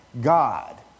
God